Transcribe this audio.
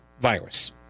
virus